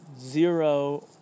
zero